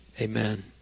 Amen